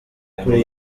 kuri